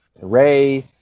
Ray